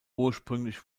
ursprünglich